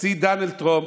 הנשיא דונלד טראמפ,